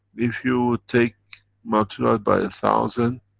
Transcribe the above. if you take maturate. add by a thousand,